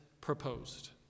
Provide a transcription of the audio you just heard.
proposed